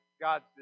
God's